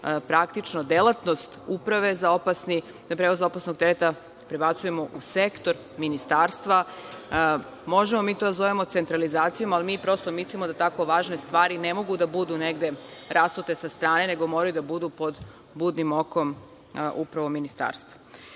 praktično delatnost Uprave za prevoz opasnog tereta prebacujemo u sektor Ministarstva. Možemo mi to da zovemo centralizacijom, ali mi prosto mislimo da tako važne stvari ne mogu da budu negde rasute sa strane, nego moraju da budu pod budnim okom upravo Ministarstva. Dalje,